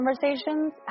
conversations